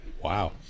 Wow